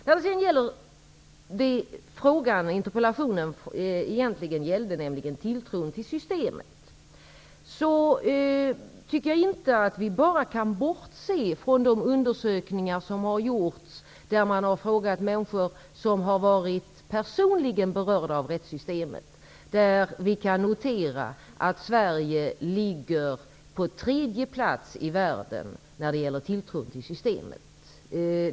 När det gäller det som interpellationen egentligen gällde, nämligen tilltron till systemet, tycker jag inte att vi bara kan bortse från de undersökningar som har gjorts och där man har frågat människor som varit personligen berörda av rättssystemet. Där kan vi notera att Sverige ligger på tredje plats i världen när det gäller tilltron till systemet.